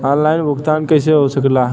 Online भुगतान कैसे होए ला?